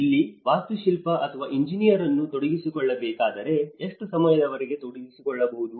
ನೀವು ವಾಸ್ತುಶಿಲ್ಪಿ ಅಥವಾ ಎಂಜಿನಿಯರ್ ಅನ್ನು ತೊಡಗಿಸಿಕೊಳ್ಳಬೇಕಾದರೆ ಎಷ್ಟು ಸಮಯದವರೆಗೆ ತೊಡಗಿಸಿಕೊಳ್ಳಬಹುದು